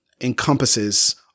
encompasses